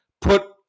put